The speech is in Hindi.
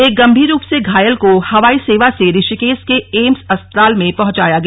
एक गंभीर रूप से घायल को हवाई सेवा से ऋषिकेश के एम्स अस्पताल में भेजा गया